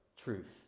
truth